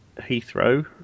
Heathrow